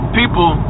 people